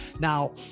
Now